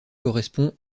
correspond